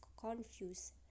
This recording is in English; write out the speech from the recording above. confused